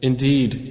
Indeed